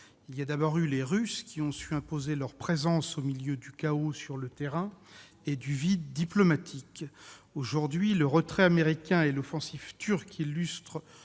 Il y a d'abord eu les Russes, qui ont su imposer leur présence au milieu du chaos sur le terrain et du vide diplomatique. Aujourd'hui, le retrait américain et l'offensive turque illustrent